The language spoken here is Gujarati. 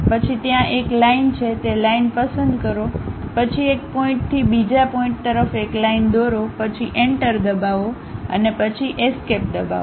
પછી ત્યાં એક લાઇન છે તે લાઇન પસંદ કરો પછી એક પોઇન્ટથી બીજા પોઇન્ટ તરફ એક લાઈનદોરો પછી એન્ટર દબાવો અને પછી એસ્કેપ દબાવો